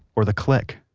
or the click